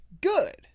Good